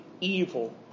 evil